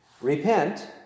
Repent